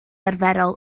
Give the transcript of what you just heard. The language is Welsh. arferol